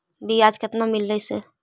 बियाज केतना मिललय से?